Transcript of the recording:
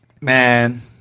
man